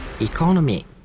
Economy